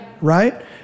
Right